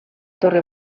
torre